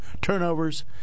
Turnovers